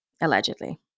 allegedly